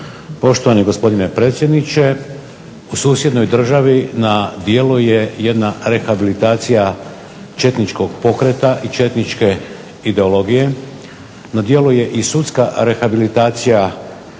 Poštovani gospodine predsjedniče u susjednoj državi na djelu je jedna rehabilitacija četničkog pokreta i četničke ideologije, na djelu je i sudska rehabilitacija